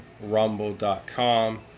Rumble.com